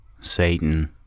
Satan